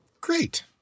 Great